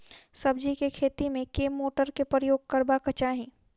सब्जी केँ खेती मे केँ मोटर केँ प्रयोग करबाक चाहि?